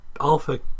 alpha